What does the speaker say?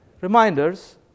Reminders